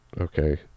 okay